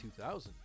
2,000